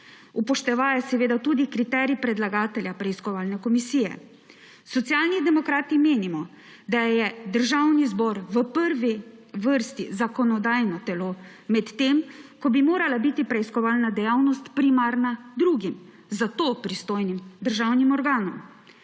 upoštevaje seveda tudi kriterij predlagatelja preiskovalne komisije. Socialni demokrati menimo, da je Državni zbor v prvi vrsti zakonodajno telo, medtem ko bi morala biti preiskovalna dejavnost primarna drugim, za to pristojnim državnim organom.